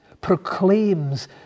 proclaims